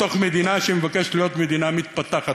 בתוך מדינה שמבקשת להיות מדינה מתפתחת.